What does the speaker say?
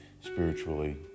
spiritually